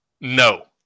No